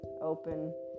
open